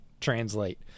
translate